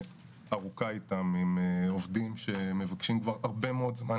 אורכה איתה לגבי עובדים שמבקשים כבר הרבה מאוד זמן